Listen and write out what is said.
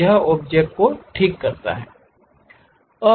तो यह ऑब्जेक्ट को ठीक करता है